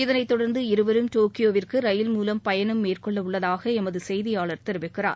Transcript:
இதனைத் தொடர்ந்து இருவரும் டோக்யோவிற்கு ரயில் மூலம் பயணம் மேற்கொள்ளவுள்ளதாக எமது செய்தியாளர் தெரிவிக்கிறார்